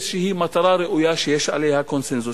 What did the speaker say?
איזו מטרה ראויה שיש עליה קונסנזוס.